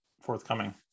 forthcoming